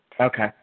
Okay